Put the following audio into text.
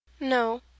no